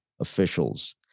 officials